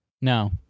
No